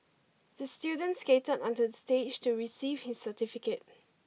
the student skated onto the stage to receive his certificate